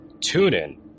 TuneIn